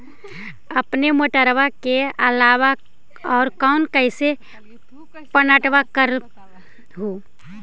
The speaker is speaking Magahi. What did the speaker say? अपने मोटरबा के अलाबा और कैसे पट्टनमा कर हू?